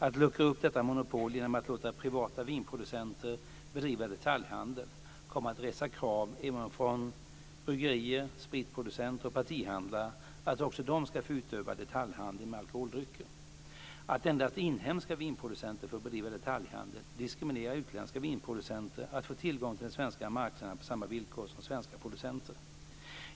Att luckra upp detta monopol genom att låta privata vinproducenter bedriva detaljhandel kommer att resa krav även från bryggerier, spritproducenter och partihandlare att också de ska få utöva detaljhandel med alkoholdrycker. Att endast inhemska vinproducenter får bedriva detaljhandel diskriminerar utländska vinproducenter att få tillgång till den svenska marknaden på samma villkor som svenska producenter.